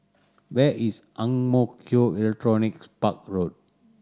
where is Ang Mo Kio Electronics Park Road